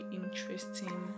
interesting